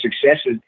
successes